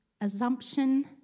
Assumption